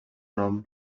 nom